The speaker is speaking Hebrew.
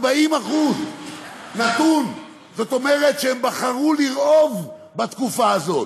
40%. נתון, זאת אומרת שהן בחרו לרעוב בתקופה הזאת